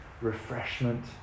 refreshment